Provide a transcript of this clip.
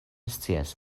scias